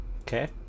Okay